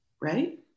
right